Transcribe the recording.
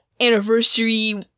anniversary